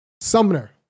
Sumner